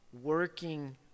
working